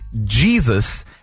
Jesus